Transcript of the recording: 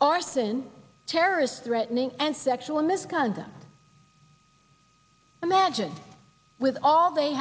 arson cherice threatening and sexual misconduct imagine with all they